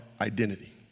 identity